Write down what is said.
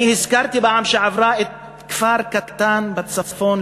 הזכרתי בפעם שעברה כפר קטן בצפון,